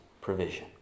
provision